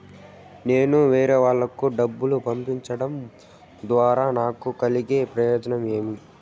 నేను వేరేవాళ్లకు డబ్బులు పంపించడం ద్వారా నాకు కలిగే ప్రయోజనం ఏమి?